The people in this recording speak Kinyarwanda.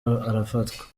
arafatwa